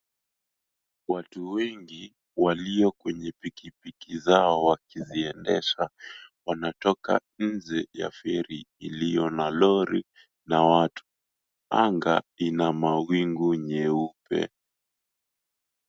Watu wengi walio kwenye pikipiki zao wakiziendesha wanatoka nje ya feri iliyo na lori na watu. Anga ina mawingu nyeupe.